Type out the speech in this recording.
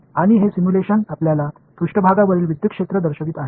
आणि हे सिम्युलेशन आपल्याला पृष्ठभागावरील विद्युत क्षेत्रे दर्शवित आहे